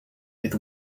with